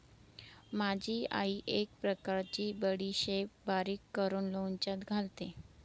माझी आई एक प्रकारची बडीशेप बारीक करून लोणच्यात घालते